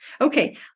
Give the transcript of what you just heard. Okay